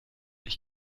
ich